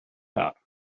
car